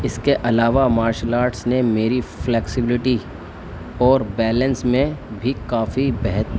اس کے علاوہ martial arts نے میری فلیکسبلٹی اور بیلنس میں بھی کافی بہت